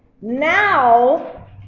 now